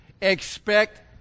Expect